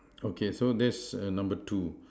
okay so that's a number two